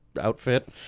outfit